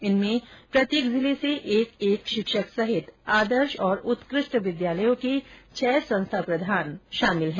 इनमें प्रत्येक जिले से एक एक शिक्षक सहित आदर्श और उत्कृष्ट विद्यालयों के छह संस्था प्रधान शामिल हैं